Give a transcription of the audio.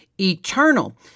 eternal